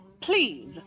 Please